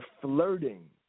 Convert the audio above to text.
flirting